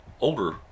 older